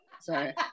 sorry